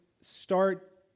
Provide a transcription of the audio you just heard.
start